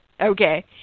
Okay